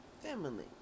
family